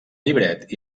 llibret